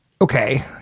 Okay